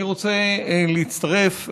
אני רוצה להצטרף,